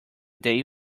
day